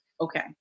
okay